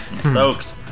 Stoked